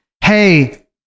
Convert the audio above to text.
hey